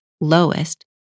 lowest